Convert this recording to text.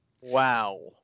Wow